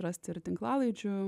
rasti ir tinklalaidžių